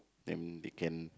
then they can